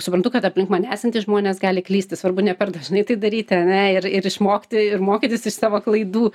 suprantu kad aplink mane esantys žmonės gali klysti svarbu ne per dažnai tai daryti ane ir ir išmokti ir mokytis iš savo klaidų